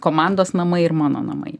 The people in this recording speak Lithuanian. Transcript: komandos namai ir mano namai